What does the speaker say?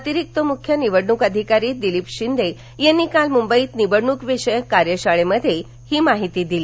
अतिरिक्त मुख्य निवडणूक अधिकारी दिलीप शिंदे यांनी काल मुंबईत निवडणूकविषयक कार्यशाळेत ही माहिती दिली